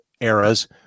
era's